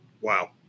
Wow